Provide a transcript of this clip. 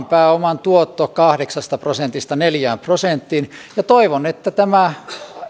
pääoman tuotto kahdeksasta prosentista neljään prosenttiin toivon että tämä